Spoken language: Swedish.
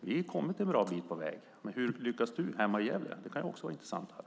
Vi har kommit en bra bit på väg i Umeå, men hur lyckas du hemma i Gävle? Det kan också vara intressant att höra.